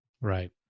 right